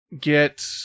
get